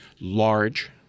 large